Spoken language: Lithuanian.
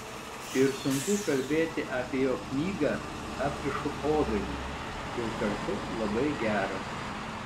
ir sunku kalbėti apie jo knygą aprišu obelį ir kartu labai gera